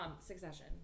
Succession